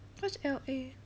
what's L_A